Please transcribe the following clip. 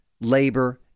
labor